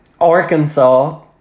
Arkansas